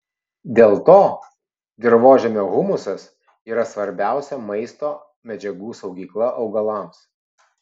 dėl to dirvožemio humusas yra svarbiausia maisto medžiagų saugykla augalams